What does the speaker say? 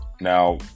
Now